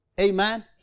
amen